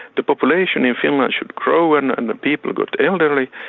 the population in finland should grow and and the people got elderly.